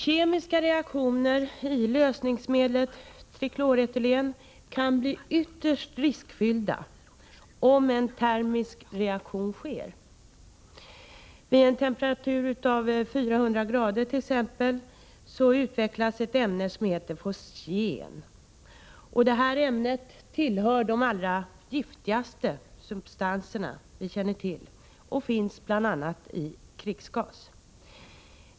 Kemiska reaktioner i lösningsmedlet trikloretylen kan bli ytterst riskfyllda vid en termisk reaktion. Vid en temperatur på 400”, för att ta ett exempel, utvecklas ett ämne som heter fosgen och som är en av de allra giftigaste substanser vi känner till. Ämnet finns bl.a. i krigsgas.